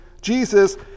Jesus